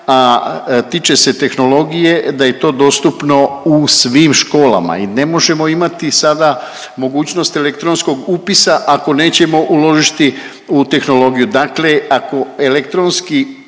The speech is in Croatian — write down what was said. a tiče se tehnologije, da je to dostupno u svim školama i ne možemo imati sada mogućnost elektronskog upisa ako nećemo uložiti u tehnologiju. Dakle ako elektronski